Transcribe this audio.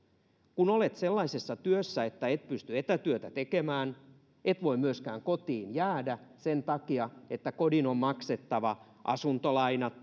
kun olet sellaisessa työssä että et pysty etätyötä tekemään et voi myöskään kotiin jäädä sen takia että on maksettava asuntolainat